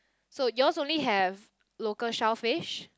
so yours only have local shellfish